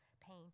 pain